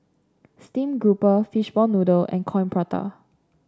Steamed Grouper Fishball Noodle and Coin Prata